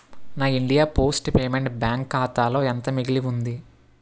నా India post payment bank ఖాతాలో ఎంత మిగిలి ఉంది